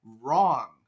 wrong